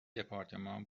دپارتمان